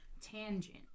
Tangent